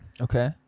Okay